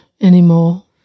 anymore